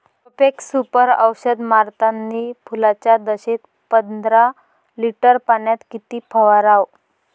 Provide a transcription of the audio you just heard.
Profex Super औषध मारतानी फुलाच्या दशेत पंदरा लिटर पाण्यात किती फवाराव?